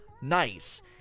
nice